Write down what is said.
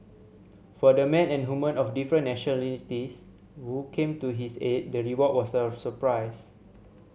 for the men and women of different nationalities who came to his aid the reward was a surprise